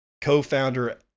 Co-founder